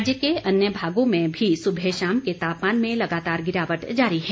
राज्य के अन्य भागों में भी सुबह शाम के तापमान में लगातार गिरावट जारी है